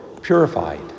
Purified